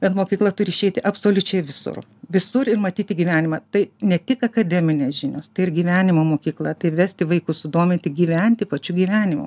bet mokykla turi išeiti absoliučiai visur visur ir matyti gyvenimą tai ne tik akademinės žinios tai ir gyvenimo mokykla tai vesti vaikus sudominti gyventi pačiu gyvenimu